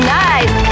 nice